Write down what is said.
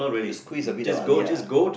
you squeeze a bit of halia ah